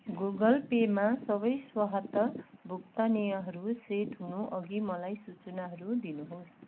गुगलपेमा सबै स्वतः भुक्तानीहरू सेट हुनु अघि मलाई सूचनाहरू दिनुहोस्